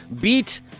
beat